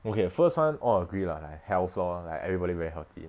okay first [one] all agree lah like health lor like everyone very healthy